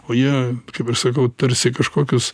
o jie kaip aš sakau tarsi kažkokius